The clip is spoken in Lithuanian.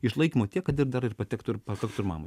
išlaikymo tiek kad ir dar ir patektų ir pakaktų ir mamai